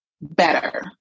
better